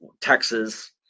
Texas